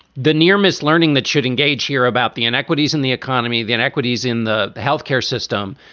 the near-miss learning that should engage here about the inequities in the economy, the inequities in the health care system,